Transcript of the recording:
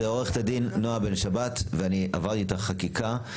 זו עורכת הדין נעה בן שבת ואני עברתי איתה חקיקה.